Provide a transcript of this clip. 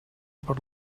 per